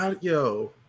yo